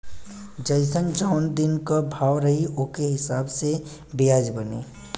जइसन जौन दिन क भाव रही ओके हिसाब से बियाज बनी